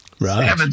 Right